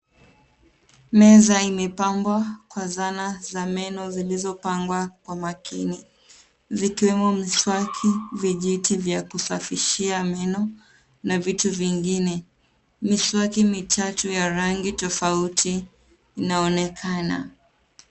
Meza imepangwa kwa zana za meno zilizpangwa kwa makini, ziikiwemo miswakii, vijiti vya kusafishia meno na vitu vingine. Miswaki mitatu ya rangi tofauti inaonekana.